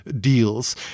deals